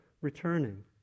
returning